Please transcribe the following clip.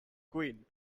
queen